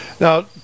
Now